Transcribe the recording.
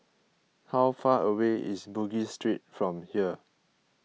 how far away is Bugis Street from here